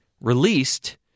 released